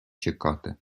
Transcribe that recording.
чекати